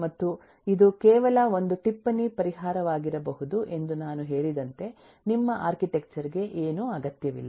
ಮತ್ತು ಇದು ಕೇವಲ ಒಂದು ಟಿಪ್ಪಣಿ ಪರಿಹಾರವಾಗಿರಬಹುದು ಎಂದು ನಾನು ಹೇಳಿದಂತೆ ನಿಮ್ಮ ಆರ್ಕಿಟೆಕ್ಚರ್ ಗೆ ಏನೂ ಅಗತ್ಯವಿಲ್ಲ